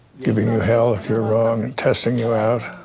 giving you hell if you're wrong and testing you out.